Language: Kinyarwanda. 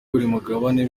mugabane